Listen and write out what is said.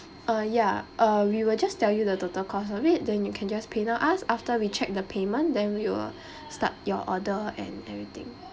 uh yeah uh we will just tell you the total cost of it then you can just pay now us after we check the payment than we will start your order and everything